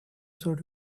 sort